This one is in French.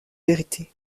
vérité